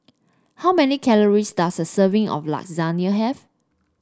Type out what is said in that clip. how many calories does a serving of Lasagna have